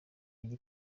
ijya